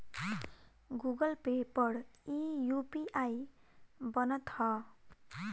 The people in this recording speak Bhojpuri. गूगल पे पर इ यू.पी.आई बनत हअ